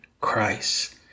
christ